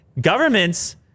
Governments